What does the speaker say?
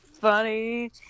funny